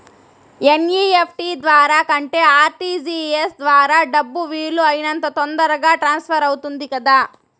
NEFT ద్వారా కంటే RTGS ద్వారా డబ్బు వీలు అయినంత తొందరగా ట్రాన్స్ఫర్ అవుతుంది కదా